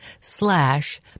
slash